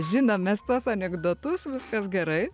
žinom mes tuos anekdotus viskas gerai